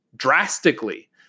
drastically